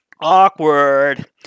Awkward